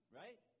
right